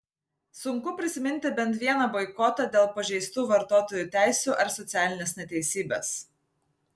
sunku prisiminti bent vieną boikotą dėl pažeistų vartotojų teisių ar socialinės neteisybės